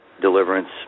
deliverance